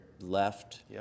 left